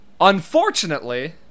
Unfortunately